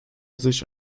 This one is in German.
sich